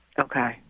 Okay